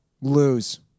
Lose